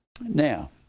Now